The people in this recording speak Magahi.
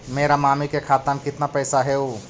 मेरा मामी के खाता में कितना पैसा हेउ?